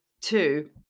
Two